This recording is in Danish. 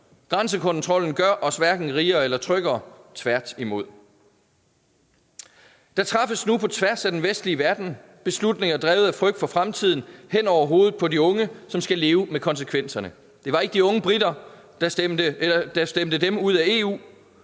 Grænsekontrollen gør os hverken rigere eller tryggere, tværtimod. Der træffes nu på tværs af den vestlige verden beslutninger drevet af frygt for fremtiden hen over hovedet på de unge, som skal leve med konsekvenserne. Det var ikke de unge briter, der stemte dem ud af EU,